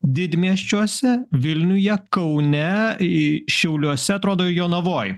didmiesčiuose vilniuje kaunei šiauliuose atrodo jonavoj